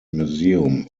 museum